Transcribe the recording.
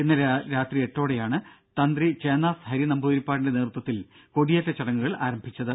ഇന്നലെ രാത്രി എട്ടോടെയാണ് തന്ത്രി ചേന്നാസ് ഹരി നമ്പൂതിരിപ്പാടിന്റെ നേതൃത്വത്തിൽ കൊടിയേറ്റ ചടങ്ങുകൾ ആരംഭിച്ചത്